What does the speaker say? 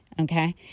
Okay